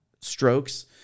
strokes